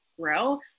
grow